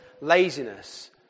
laziness